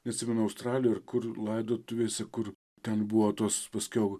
neatsimenu australijoj kur laidotuvėse kur ten buvo tos paskiau